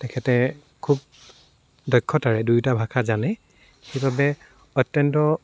তেখেতে খুব দক্ষতাৰে দুয়োটা ভাষা জানে সেইবাবে অত্যন্ত